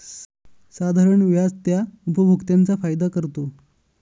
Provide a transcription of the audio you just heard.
साधारण व्याज त्या उपभोक्त्यांचा फायदा करतो